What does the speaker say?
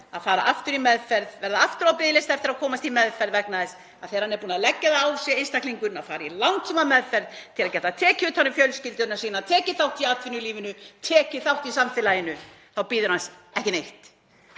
að fara aftur í meðferð, fara aftur á biðlista eftir að komast í meðferð vegna þess að þegar hann er búinn að leggja það á sig að fara í langtímameðferð til að geta tekið utan um fjölskyldu sína, tekið þátt í atvinnulífinu og tekið þátt í samfélaginu, þá bíður hans ekki neitt.